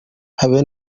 habe